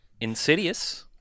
Insidious